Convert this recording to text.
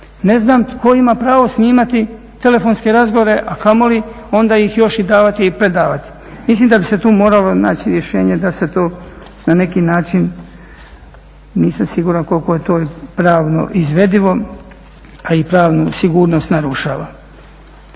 Ne znam tko ima pravo snimati telefonske razgovore, a kamoli ih još davati i predavati. Mislim da bi se tu moralo naći rješenje da se to na neki način, nisam siguran koliko je to pravno izvedivo, a i pravnu sigurnost narušava.